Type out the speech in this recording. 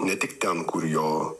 ne tik ten kur jo